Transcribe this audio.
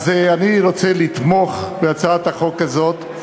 אז אני רוצה לתמוך בהצעת החוק הזאת.